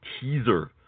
teaser